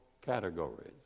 categories